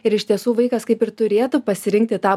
ir iš tiesų vaikas kaip ir turėtų pasirinkti tą